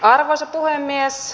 arvoisa puhemies